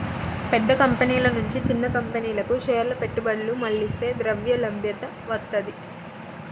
పెద్ద కంపెనీల నుంచి చిన్న కంపెనీలకు షేర్ల పెట్టుబడులు మళ్లిస్తే ద్రవ్యలభ్యత వత్తది